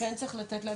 שכן צריך לתת לאנשים,